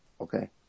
Okay